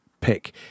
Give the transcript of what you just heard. pick